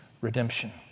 redemption